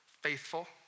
faithful